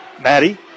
Maddie